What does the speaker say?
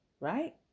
right